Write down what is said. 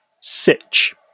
Sitch